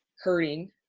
hurting